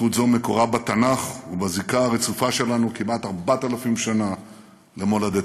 זכות זו מקורה בתנ"ך ובזיקה הרצופה שלנו כמעט 4,000 שנה למולדתנו.